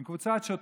עם קבוצת שוטרים,